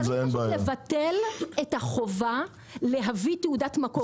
צריך לבטל את החובה להביא תעודת מקור.